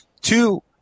Two